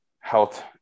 health